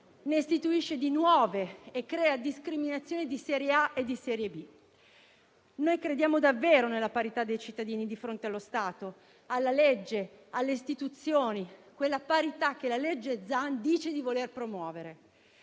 ne istituisce di nuove e ne crea di serie A e di serie B. Noi crediamo davvero nella parità dei cittadini di fronte allo Stato, alla legge e alle istituzioni, quella parità che il disegno di legge Zan dice di voler promuovere.